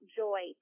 joy